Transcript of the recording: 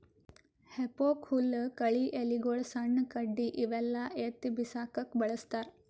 ಹೆಫೋಕ್ ಹುಲ್ಲ್ ಕಳಿ ಎಲಿಗೊಳು ಸಣ್ಣ್ ಕಡ್ಡಿ ಇವೆಲ್ಲಾ ಎತ್ತಿ ಬಿಸಾಕಕ್ಕ್ ಬಳಸ್ತಾರ್